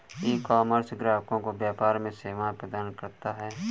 ecommerce ग्राहकों को व्यापार में सेवाएं प्रदान करता है